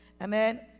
Amen